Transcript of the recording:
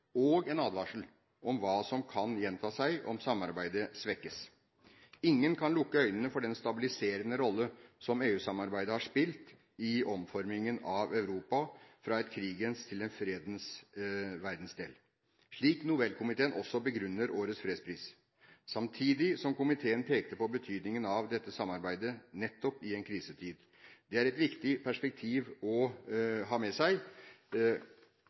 og en advarsel om hva som kan gjenta seg om samarbeidet svekkes. Ingen kan lukke øynene for den stabiliserende rolle som EU-samarbeidet har spilt i omformingen av Europa fra en krigens til en fredens verdensdel, slik Nobelkomiteen også begrunnet årets fredspris, samtidig som komiteen pekte på betydningen av dette samarbeidet nettopp i en krisetid. Det er et viktig perspektiv å ha med seg,